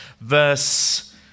Verse